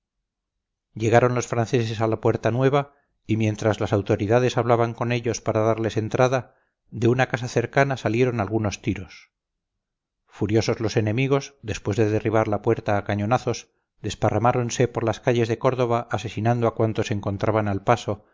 llegaron los franceses a la puerta nueva y mientras las autoridades hablaban con ellos para darles entrada de una casa cercana salieron algunos tiros furiosos los enemigos después de derribar la puerta a cañonazos desparramáronse por las calles de córdoba asesinando a cuantos encontraban al paso